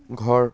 ঘৰ